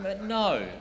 No